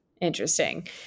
interesting